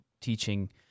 teaching